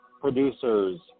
producers